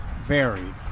varied